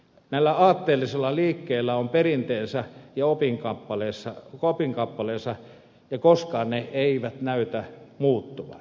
näillä aatteellisilla liikkeillä on perinteensä ja opinkappaleensa ja koskaan ne eivät näytä muuttuvan